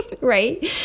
right